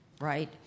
right